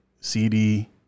CD